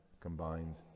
combines